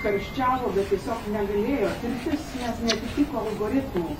karščiavo bet tiesiog negalėjo tirtis nes neatitiko algoritmų